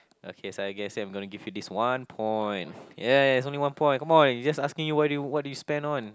okay I guess I'm gonna give you this one point ya it's only one point come on it's just asking you what do you what do you spend on